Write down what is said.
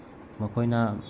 ꯃꯈꯣꯏꯅ